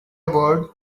word